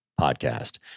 Podcast